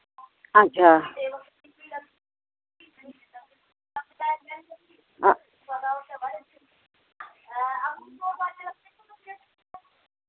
अच्छा